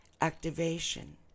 activation